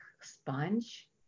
sponge